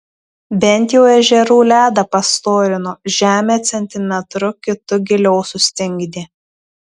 bent jau ežerų ledą pastorino žemę centimetru kitu giliau sustingdė